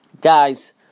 Guys